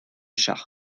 char